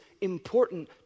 important